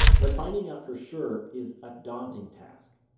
but finding out for sure is a daunting task.